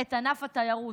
את ענף התיירות.